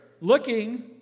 looking